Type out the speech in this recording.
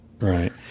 right